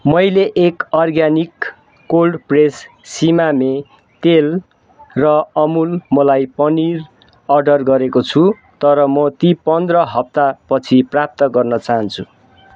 मैले एक organic cold press सिमामे तेल र अमुल मलाइ पनिर अर्डर गरेको छु तर म ती पन्ध्र हप्तापछि प्राप्त गर्न चाहन्छु